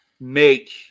make